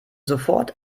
sofort